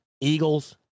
Eagles